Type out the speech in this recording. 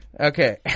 Okay